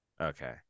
Okay